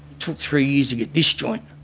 took three years to get this joint.